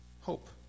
hope